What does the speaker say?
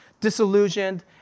disillusioned